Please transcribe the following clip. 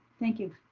thank you.